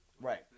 Right